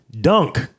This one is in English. Dunk